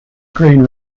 grain